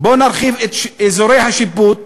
בוא נרחיב את אזורי השיפוט.